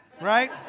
right